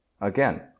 Again